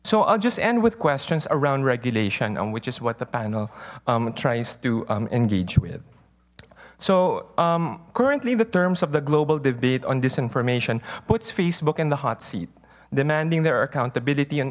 so i'll just end with questions around regulation on which is what the panel tries to engage with so currently the terms of the global debate on this information puts facebook in the hot seat demanding their accountability and